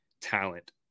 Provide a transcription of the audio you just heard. talent